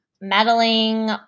meddling